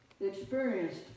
experienced